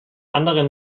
andere